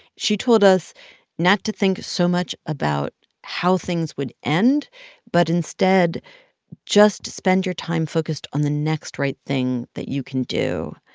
she told us not to think so much about how things would end but instead just spend your time focused on the next right thing that you can do.